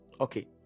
Okay